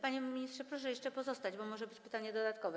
Panie ministrze, proszę jeszcze pozostać, bo może być pytanie dodatkowe.